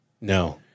No